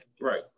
right